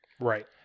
Right